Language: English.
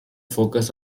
focus